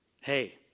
Hey